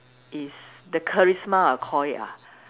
is the charisma I call it lah